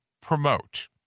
promote